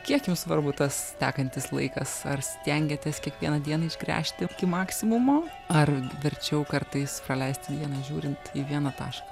kiek jum svarbu tas tekantis laikas ar stengiatės kiekvieną dieną išgręžti iki maksimumo ar verčiau kartais praleisti dieną žiūrint į vieną tašką